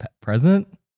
present